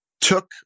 Took